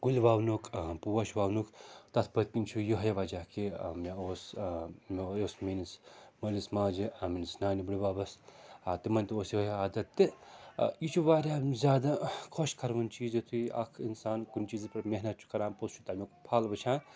کُلۍ وونُک آ پوش وونُک تَتھ پٔتۍ کِنۍ چھُ یِہَے وجہ کہِ مےٚ اوس یِہےَ اوس میٛٲنِس مٲلِس ماجہِ میٛٲنِس نانہِ بٔڈۍ ببَس آ تِمَن تہِ اوس یِہَے عادت تہِ آ یہِ چھُ واریاہ زیادٕ خۄش کَروُن چیٖز یُتھُے اَکھ اِنسان کُنہِ چیٖزَس پٮ۪ٹھ محنت چھُ کَران پوٚتُس چھُ تمیُک پھل وُچھان